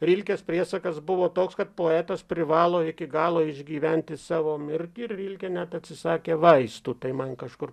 rilkės priesakas buvo toks kad poetas privalo iki galo išgyventi savo mirtį rilkė net atsisakė vaistų tai man kažkur